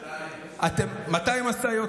200 משאיות.